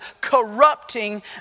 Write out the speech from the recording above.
corrupting